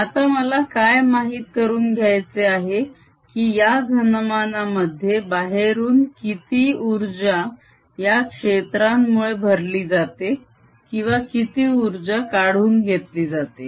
आता मला काय माहित करून घ्यायचे आहे की या घनमानामध्ये बाहेरून किती उर्जा या क्षेत्रांमुळे भरली जाते किंवा किती उर्जा काढून घेतली जाते